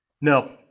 No